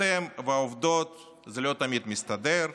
אתם והעובדות זה לא תמיד מסתדר.